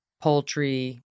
poultry